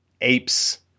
apes